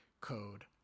code